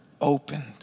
opened